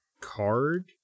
card